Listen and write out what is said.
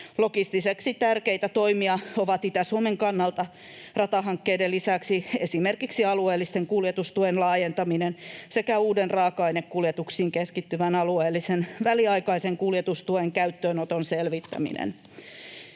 Logistisesti tärkeitä toimia ovat Itä-Suomen kannalta ratahankkeiden lisäksi esimerkiksi alueellisen kuljetustuen laajentaminen sekä uuden, raaka-ainekuljetuksiin keskittyvän alueellisen väliaikaisen kuljetustuen käyttöönoton selvittäminen.